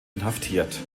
inhaftiert